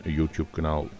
YouTube-kanaal